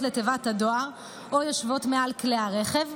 לתיבת הדואר או יושבות מעל כלי הרכב,